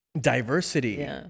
diversity